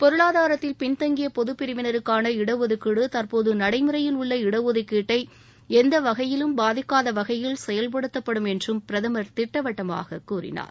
பொருளாதாரத்தில் பின்தங்கிய பொதுப்பிரிவினருக்கான இடஒதுக்கீடு தற்போது நடைமுறையில் உள்ள இடஒதுக்கீட்டை எந்த வகையிலும் பாதிக்காத வகையில் செயல்படுத்தப்படும் என்றும் பிரதமர் திட்டவட்டமாக கூறினார்